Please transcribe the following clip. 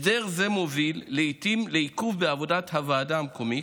הסדר זה מוביל לעיתים לעיכוב בעבודת הוועדה המקומית,